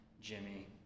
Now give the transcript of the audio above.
Jimmy